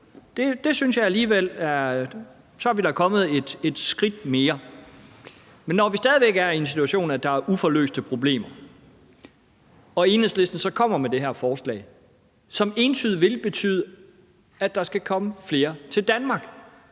betyder noget. Så er vi da kommet et skridt videre. Men når vi stadig væk er i en situation, hvor der er uløste problemer, og Enhedslisten så kommer med det her forslag, som entydigt vil betyde, at der skal komme flere til Danmark,